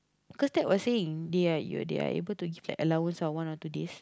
cause that was saying they are they are able to give that allowance of one or two days